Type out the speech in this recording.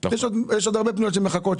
יש עוד הרבה פניות שמחכות,